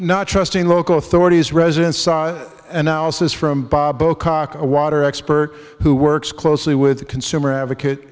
not trusting local authorities residents saw an analysis from a water expert who works closely with the consumer advocate